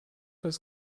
das